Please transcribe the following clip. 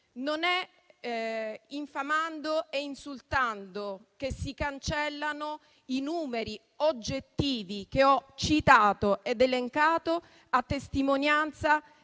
Non è infamando e insultando che si cancellano i numeri oggettivi che ho citato ed elencato, a testimonianza